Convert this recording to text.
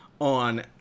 on